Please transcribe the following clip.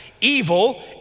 Evil